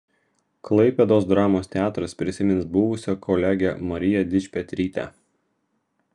klaipėdos dramos teatras prisimins buvusią kolegę mariją dičpetrytę